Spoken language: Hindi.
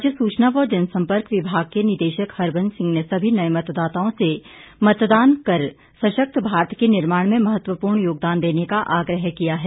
राज्य सूचना व जनसंपर्क विभाग के निदेशक हरबंस सिंह ने सभी नए मतदाताओं से मतदान कर सशक्त भारत के निर्माण में महत्वपूर्ण योगदान देने का आग्रह किया है